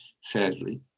sadly